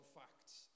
facts